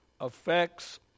affects